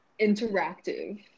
interactive